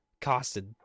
costed